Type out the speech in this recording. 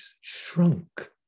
shrunk